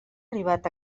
arribat